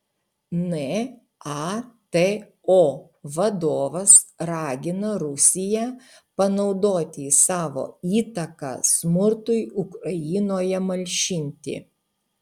nato vadovas ragina rusiją panaudoti savo įtaką smurtui ukrainoje malšinti